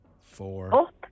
four